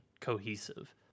cohesive